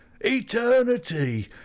ETERNITY